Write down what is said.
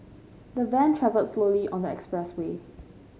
the van travelled slowly on the expressway